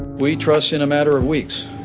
we trust in a matter of weeks,